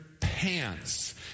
pants